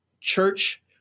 church